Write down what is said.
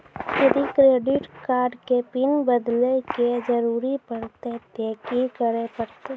यदि credit card के PIN बदले के जरूरी परतै ते की करे परतै?